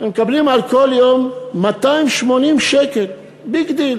ומקבלים על כל יום 280 שקל, ביג דיל.